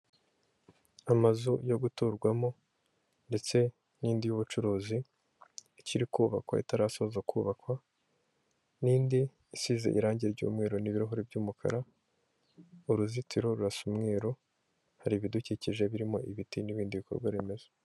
Amazu yo guturwamo ndetse n'indi y'ubucuruzi ikiri kubakwa itarasoza kubakwa n'indi isize irangi ry'umweru n'ibirahuri by'umukara, uruzitiro rurasa umweru, hari ibidukikije birimo ibiti n'ibindi bikorwa remezo.